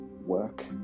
Work